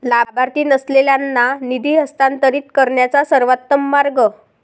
लाभार्थी नसलेल्यांना निधी हस्तांतरित करण्याचा सर्वोत्तम मार्ग